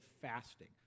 fasting